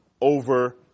over